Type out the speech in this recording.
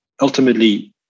ultimately